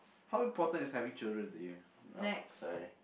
how important is having children to you nope sorry